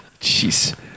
Jeez